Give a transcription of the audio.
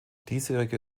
diesjährige